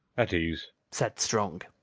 at ease, said strong.